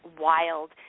wild